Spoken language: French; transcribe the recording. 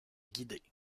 guider